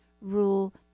rule